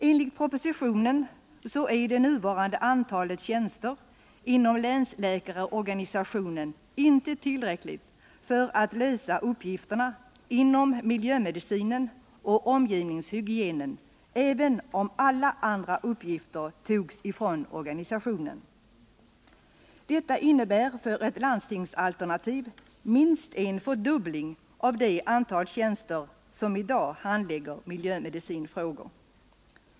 Enligt propositionen är det nuvarande antalet tjänster inom länsläkarorganisationen inte tillräckligt för att lösa uppgifterna inom miljömedicinen och omgivningshygienen, även om alla andra uppgifter togs ifrån organisationen. Detta innebär för ett landstingsalternativ minst en fördubbling av det antal tjänster som i dag finns för handläggning av miljömedicinfrågor.